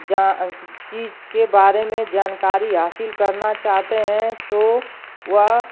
चीज़ के बारे में जानकारी हासिल करना चाहते हैं यो हैं तो वह